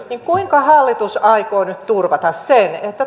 kuinka hallitus aikoo nyt turvata sen että